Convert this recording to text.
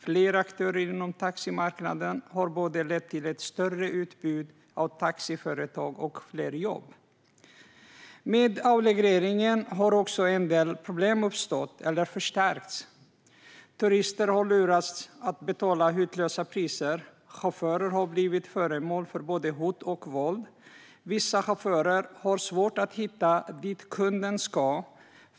Fler aktörer inom taximarknaden har lett till både ett större utbud av taxiföretag och fler jobb. Med avregleringen har också en del problem uppstått eller förstärkts. Turister har lurats att betala hutlösa priser, chaufförer har blivit föremål för både hot och våld och vissa chaufförer har svårt att hitta dit kunden ska.